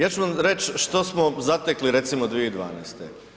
Ja ću vam reć što smo zatekli recimo 2012.